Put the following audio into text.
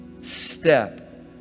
step